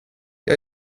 jag